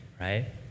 right